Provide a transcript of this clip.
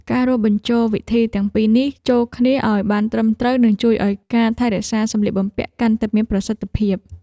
ការរួមបញ្ចូលវិធីទាំងពីរនេះចូលគ្នាឱ្យបានត្រឹមត្រូវនឹងជួយឱ្យការថែរក្សាសម្លៀកបំពាក់កាន់តែមានប្រសិទ្ធភាព។